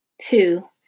Two